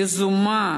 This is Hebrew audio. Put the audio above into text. יזומה